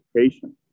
education